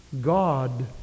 God